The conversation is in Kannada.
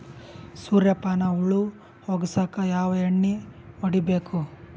ಸುರ್ಯಪಾನ ಹುಳ ಹೊಗಸಕ ಯಾವ ಎಣ್ಣೆ ಹೊಡಿಬೇಕು?